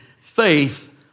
faith